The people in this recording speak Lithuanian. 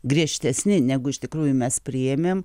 griežtesni negu iš tikrųjų mes priėmėm